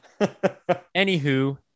Anywho